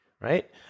right